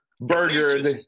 burger